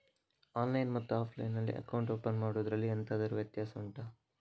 online ಮತ್ತು offline ನಲ್ಲಿ account open ಮಾಡುವುದರಲ್ಲಿ ಎಂತಾದರು ವ್ಯತ್ಯಾಸ ಉಂಟಾ